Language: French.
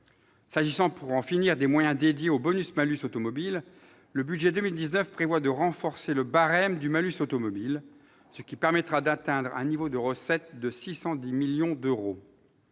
S'agissant, pour finir, des moyens dédiés au « bonus-malus automobile », le budget 2019 prévoit de renforcer le barème du malus automobile, ce qui permettra d'atteindre un niveau de recettes de 610 millions d'euros.